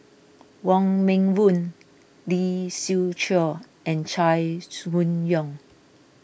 Wong Meng Voon Lee Siew Choh and Chai Hon Yoong